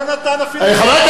חבר הכנסת מגלי,